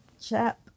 chap